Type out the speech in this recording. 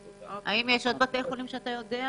האם יש עוד בתי חולים שמצטרפים?